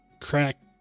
crack